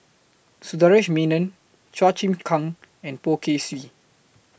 Sundaresh Menon Chua Chim Kang and Poh Kay Swee